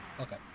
okay